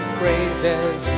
praises